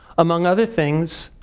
among other things,